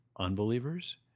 Unbelievers